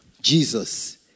Jesus